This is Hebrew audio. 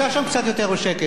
לצעוק בשקט יותר.